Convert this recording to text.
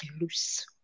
loose